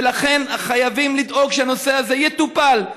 ולכן חייבים לדאוג שהנושא הזה יטופל,